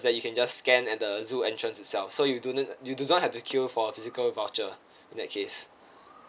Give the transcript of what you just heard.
that you can just scan at the zoo entrance itself so you don't you do not have to queue for physical voucher in that case